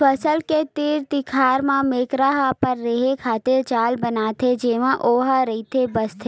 फसल के तीर तिखार म मेकरा ह अपन रेहे खातिर जाल बनाथे जेमा ओहा रहिथे बसथे